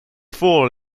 full